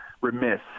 remiss